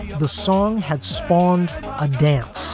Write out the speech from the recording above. the song had spawned a dance.